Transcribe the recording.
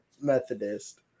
methodist